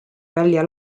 välja